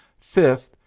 fifth